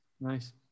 Nice